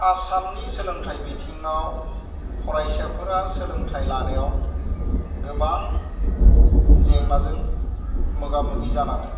आसामनि सोलोंथाइ बिथिंआव फरायसाफोरा सोलोंथाइ लानायाव गोबां जेंनाजों मोगा मोगि जानाङो